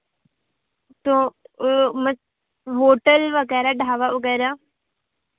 तो होटल वगैरह ढाबा वगैरह